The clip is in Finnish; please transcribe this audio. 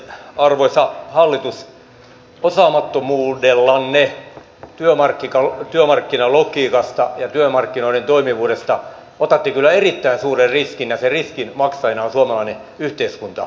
arvoisa hallitus osaamattomuudellanne työmarkkinalogiikassa ja työmarkkinoiden toimivuudessa otatte kyllä erittäin suuren riskin ja sen riskin maksajana on suomalainen yhteiskunta mahdollisesti